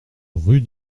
rue